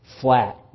Flat